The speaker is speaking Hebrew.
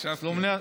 עכשיו כן.